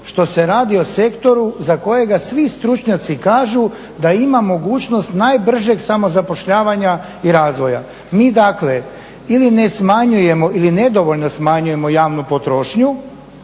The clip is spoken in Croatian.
što se radi o sektoru za kojega svi stručnjaci kažu da ima mogućnost najbržeg samozapošljavanja i razvoja. Mi dakle ili ne smanjujemo ili nedovoljno smanjujemo javnu potrošnju,